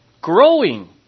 Growing